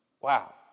Wow